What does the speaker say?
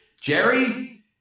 Jerry